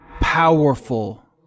powerful